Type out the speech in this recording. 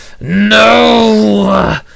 no